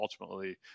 ultimately